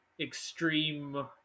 extreme